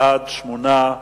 בעד, 8,